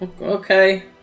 Okay